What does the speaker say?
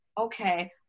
Okay